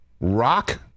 Rock